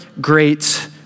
great